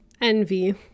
envy